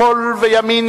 שמאל וימין,